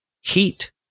heat